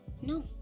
No